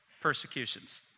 persecutions